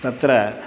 तत्र